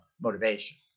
motivation